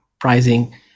pricing